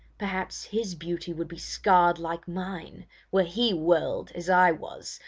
perhaps his beauty would be scarred like mine were he whirled, as i was,